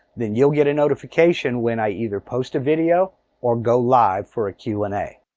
then you'll get a notification when i either post a video or go live for a q and a.